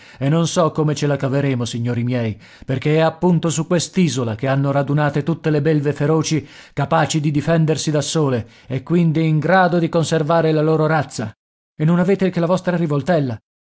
e non so come ce la caveremo signori miei perché è appunto su quest'isola che hanno radunate tutte le belve feroci capaci di difendersi da sole e quindi in grado di conservare la loro razza e non avete che la vostra rivoltella